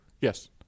Yes